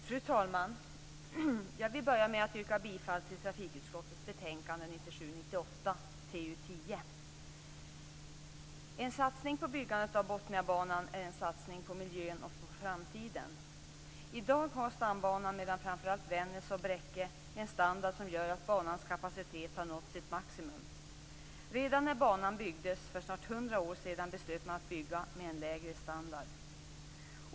Fru talman! Jag vill börja med att yrka bifall till hemställan i trafikutskottets betänkande En satsning på byggandet av Botniabanan är en satsning på miljön och på framtiden. I dag har stambanan mellan framför allt Vännäs och Bräcke en standard som gör att banans kapacitet har nått sitt maximum. Redan när banan byggdes för snart hundra år sedan beslöt man att bygga med en lägre standard.